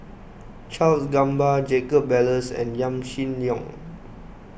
Charles Gamba Jacob Ballas and Yaw Shin Leong